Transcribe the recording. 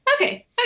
okay